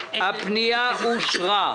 הצבעה